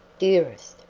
dearest!